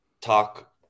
talk –